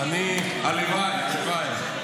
הלוואי, הלוואי.